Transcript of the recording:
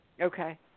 Okay